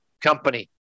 Company